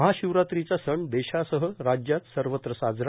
महाशिवरात्रींचा सण देशासह राज्यात सर्वत्र साजरा